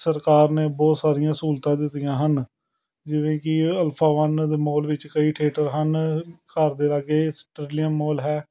ਸਰਕਾਰ ਨੇ ਬਹੁਤ ਸਾਰੀਆਂ ਸਹੂਲਤਾਂ ਦਿੱਤੀਆਂ ਹਨ ਜਿਵੇਂ ਕਿ ਅਲਫਾਵਨ ਦੇ ਮੌਲ ਵਿੱਚ ਕਈ ਥੀਏਟਰ ਹਨ ਘਰ ਦੇ ਲਾਗੇ ਸਟਰੀਲੀਅਮ ਮੋਲ ਹੈ